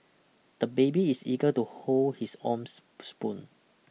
the baby is eager to hold his own spoon